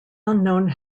unknown